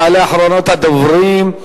תעלה אחרונת הדוברים,